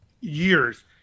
years